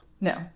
No